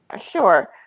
sure